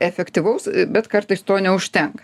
efektyvaus bet kartais to neužtenka